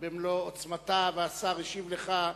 במלוא עוצמתה, והשר השיב לך.